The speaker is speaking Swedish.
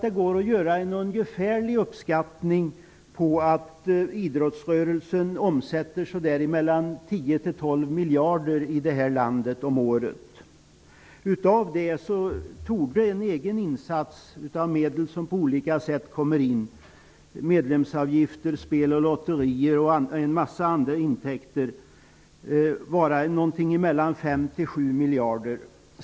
Det går att göra en ungefärlig uppskattning av att idrottsrörelsen i landet omsätter mellan 10 och 12 miljarder om året. Av detta torde den egna insatsen -- som man får in genom medlemsavgifter, spel, lotterier och andra intäkter -- ligga någonstans mellan 5 och 7 miljarder.